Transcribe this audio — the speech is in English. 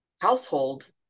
household